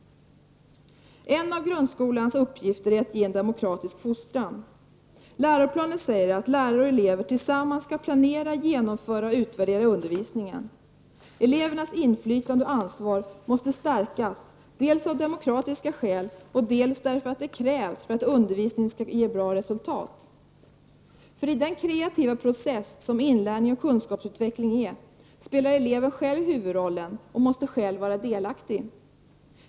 En av grundskolans uppgifter är att ge en demokratisk fostran. Läroplanen säger att lärare och elever tillsammans skall planera, genomföra och utvärdera undervisningen. Elevernas inflytande och ansvar måste stärkas dels av demokratiska skäl, dels därför att det är ett krav för att undervisningen skall ge bra resultat. I den kreativa process som inlärning och kunskapsutveckling är spelar eleven själv huvudrollen och måste själv vara delaktig.